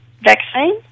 vaccine